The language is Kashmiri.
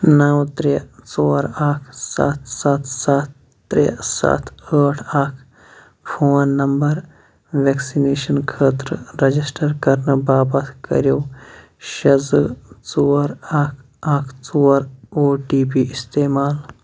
نَو ترٛےٚ ژور اَکھ سَتھ سَتھ سَتھ ترٛےٚ سَتھ ٲٹھ اَکھ فون نمبر وٮ۪کسِنیشَن خٲطرٕ رَجِسٹَر کرنہٕ باپَتھ کٔرِو شےٚ زٕ ژور اَکھ اَکھ ژور او ٹی پی استعمال